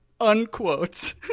unquote